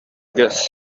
guess